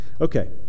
Okay